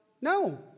No